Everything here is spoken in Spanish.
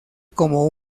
como